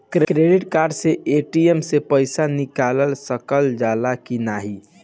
Credit card से ATM से पइसा निकाल सकल जाला की नाहीं?